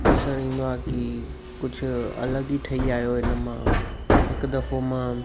ॾिसणु ईंदो आहे की कुझु अलॻि ई ठही आहियो इन मां हिकु दफ़ो मां